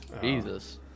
Jesus